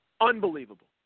Unbelievable